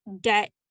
debt